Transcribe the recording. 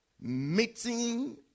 Meeting